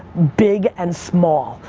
big and small.